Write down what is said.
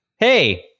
Hey